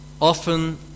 often